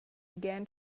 began